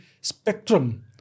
spectrum